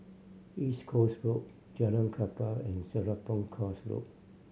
East Coast Road Jalan Klapa and Serapong Course Road